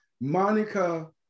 Monica